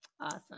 Awesome